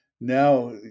now